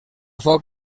foc